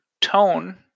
tone